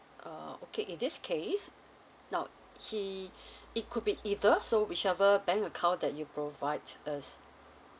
uh okay in this case now he it could be either so whichever bank account that you provide to us